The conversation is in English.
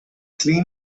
clean